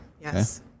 Yes